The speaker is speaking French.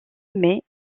mais